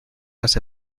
las